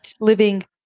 living